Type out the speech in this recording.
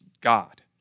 God